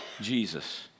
Jesus